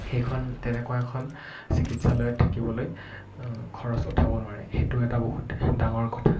সেইখন তেনেকুৱা এখন চিকিৎসালয়ত থাকিবলৈ খৰচ উঠাব নোৱাৰে সেইটো এটা বহুত ডাঙৰ কথা